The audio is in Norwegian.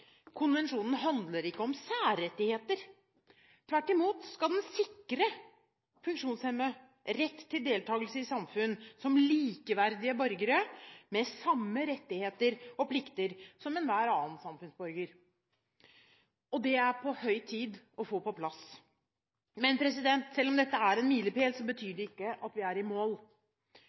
Konvensjonen handler ikke om særrettigheter – tvert imot skal den sikre funksjonshemmede rett til deltagelse i samfunnet som likeverdige borgere, med samme rettigheter og plikter som enhver annen samfunnsborger. Det er på høy tid å få dette på plass. Men selv om dette er en milepæl, betyr ikke det at vi er i mål.